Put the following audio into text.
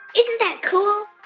isn't that cool?